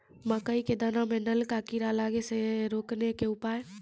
मकई के दाना मां नल का कीड़ा लागे से रोकने के उपाय?